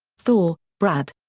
thor, brad.